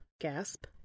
Gasp